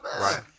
Right